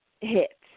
hit